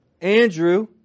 Andrew